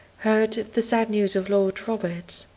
heard the sad news of lord roberts.